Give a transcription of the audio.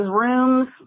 rooms